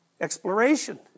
exploration